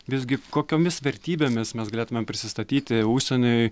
visgi kokiomis vertybėmis mes galėtumėm prisistatyti užsieniui